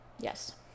yes